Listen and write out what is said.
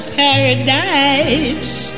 paradise